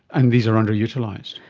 and these are underutilised?